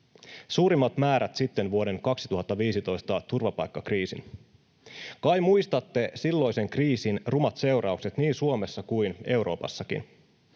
Suurimmat määrät sitten vuoden 2015 turvapaikkakriisin. Kai muistatte silloisen kriisin rumat seuraukset niin Suomessa kuin Euroopassakin?